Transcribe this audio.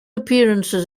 appearances